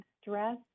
stress